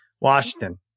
Washington